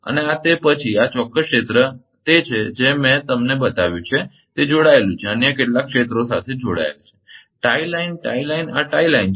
અને આ તે પછી આ ચોક્કસ ક્ષેત્ર છે તે છે મેં તમને બતાવ્યું કે તે જોડાયેલું છે અન્ય કેટલાક ક્ષેત્રો સાથે જોડાયેલ છે ટાઇ લાઇન ટાઇ લાઇન આ ટાઇ લાઇન છે